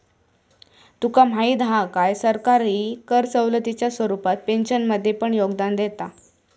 तुका माहीत हा काय, सरकारही कर सवलतीच्या स्वरूपात पेन्शनमध्ये पण योगदान देता